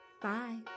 Bye